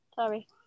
Sorry